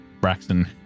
Braxton